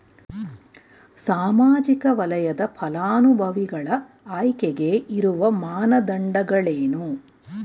ಸಾಮಾಜಿಕ ವಲಯದ ಫಲಾನುಭವಿಗಳ ಆಯ್ಕೆಗೆ ಇರುವ ಮಾನದಂಡಗಳೇನು?